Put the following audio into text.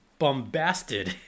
bombasted